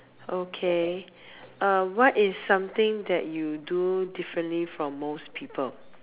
okay uh what is something that you do differently from most people